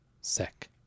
Sec